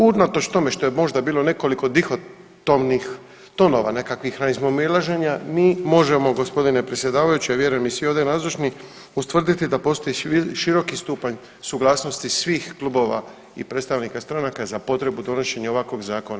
Unatoč tome što je možda bilo nekoliko dihotomnih tonova, nekakvih razmimoilaženja mi možemo gospodine predsjedavajući, a vjerujem i svi ovdje nazočni ustvrditi da postoji široki stupanj suglasnosti svih klubova i predstavnika stranaka za potrebu donošenja ovakvog zakona.